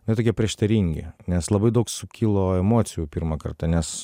jie tokie prieštaringi nes labai daug sukilo emocijų pirmą kartą nes